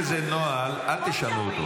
השר קרעי, יש איזה נוהל, אל תשנו אותו.